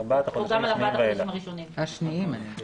ארבעת החודשים השניים ואילך.